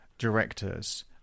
directors